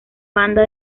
banda